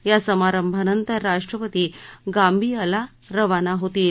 या समारंभानंतर राष्ट्रपती गांबियाला रवाना होतील